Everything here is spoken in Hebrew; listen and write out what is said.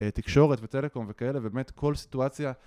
תקשורת וטלקום וכאלה ובאמת כל סיטואציה